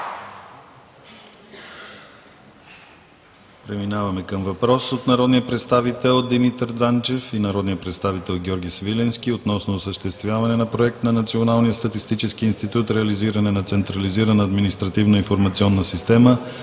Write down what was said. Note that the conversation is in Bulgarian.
Преминаваме към въпрос от народните представители Димитър Данчев и Георги Свиленски относно осъществяване на Проект на Националния статистически институт „Реализиране на Централизирана административна информационна система